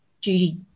Judy